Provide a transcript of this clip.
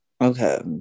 Okay